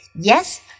Yes